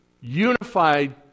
unified